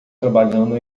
trabalhando